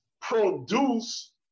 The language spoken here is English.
produce